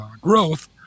growth